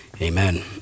amen